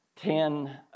Ten